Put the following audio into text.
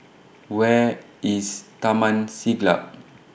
Where IS Taman Siglap